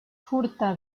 furta